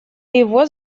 его